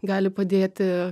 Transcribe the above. gali padėti